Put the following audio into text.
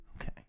Okay